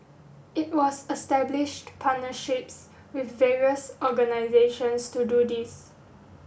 it was established partnerships with various organisations to do this